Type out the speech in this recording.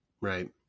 Right